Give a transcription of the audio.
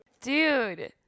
Dude